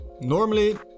normally